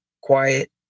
quiet